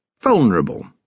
vulnerable